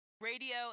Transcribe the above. radio